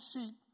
sheep